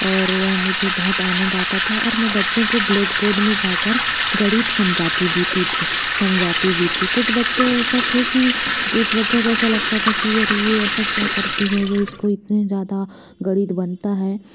और वह मुझे बहुत आनंद आता था और मैं बच्चों को ब्लेक बोर्ड में जाकर गणित समझाती बीती थी समझाती भी थी कुछ बच्चे ऐसा थे कि कुछ बच्चों को ऐसा लगता था कि यार यह ऐसा क्या करती है जो इसको इतने ज़्यादा गणित बनता है